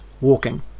walking